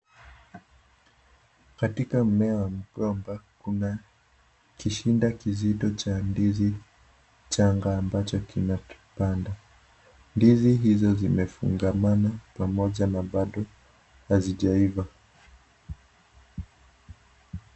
Katika mmea wa mgomba kuna kushinda kizito cha ndizi changa ambacho kimepandwa ndizi hizo zimefungamana pamoja na bado hazijaiva.